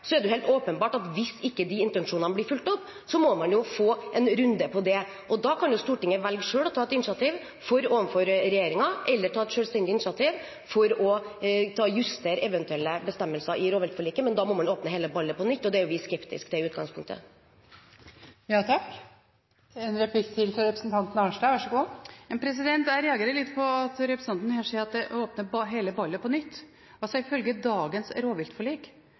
Så er det helt åpenbart at hvis ikke de intensjonene blir fulgt opp, må man få en runde om det. Da kan Stortinget velge selv å ta et initiativ overfor regjeringen eller ta et selvstendig initiativ for å justere eventuelle bestemmelser i rovviltforliket, men da må man åpne hele ballet på nytt, og det er vi skeptiske til i utgangspunktet. Jeg reagerer litt på at representanten her sier at en åpner hele ballet på nytt. Ifølge dagens rovviltforlik